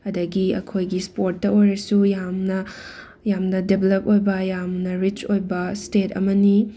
ꯑꯗꯒꯤ ꯑꯩꯈꯣꯏꯒꯤ ꯁ꯭ꯄꯣꯔꯠꯇ ꯑꯣꯏꯔꯁꯨ ꯌꯥꯝꯅ ꯌꯥꯝꯅ ꯗꯦꯕꯦꯂꯞ ꯑꯣꯏꯕ ꯌꯥꯝꯅ ꯔꯤꯠꯆ ꯑꯣꯏꯕ ꯁ꯭ꯇꯦꯠ ꯑꯃꯅꯤ